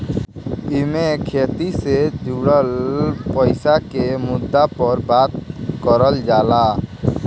एईमे खेती से जुड़ल पईसा के मुद्दा पर बात करल जाला